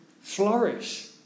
flourish